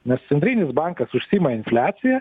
nes centrinis bankas užsiima infliacija